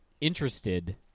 interested